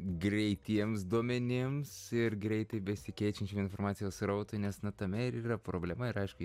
greitiems duomenims ir greitai besikeičiančiam informacijos srautui nes na tame ir yra problema ir aišku